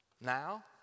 Now